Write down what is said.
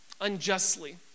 unjustly